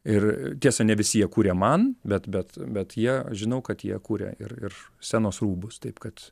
ir tiesa ne visi tie kurie man bet bet bet jie žinau kad jie kuria ir ir scenos rūbus taip kad